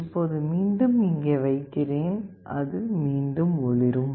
இப்போது மீண்டும் இங்கே வைக்கிறேன் அது மீண்டும் ஒளிரும்